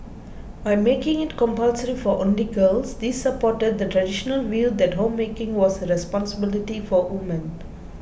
by making it compulsory for only girls this supported the traditional view that homemaking was a responsibility for women